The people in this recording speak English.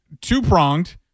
two-pronged